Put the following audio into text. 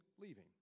leaving